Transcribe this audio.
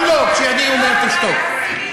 גם לו אני אומר: תשתוק.